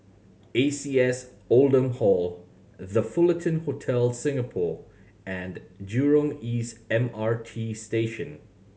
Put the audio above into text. A C S Oldham Hall The Fullerton Hotel Singapore and Jurong East M R T Station